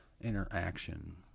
interaction